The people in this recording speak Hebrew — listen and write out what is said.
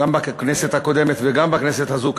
גם בכנסת הקודמת וגם בכנסת הזו,